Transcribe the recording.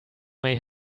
may